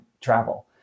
travel